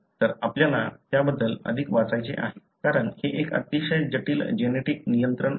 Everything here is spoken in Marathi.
तर आपल्याला त्याबद्दल अधिक वाचायचे आहे कारण हे एक अतिशय जटिल जेनेटिक नियंत्रण आहे